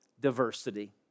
diversity